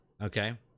Okay